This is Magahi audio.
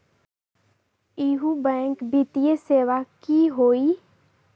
इहु बैंक वित्तीय सेवा की होई?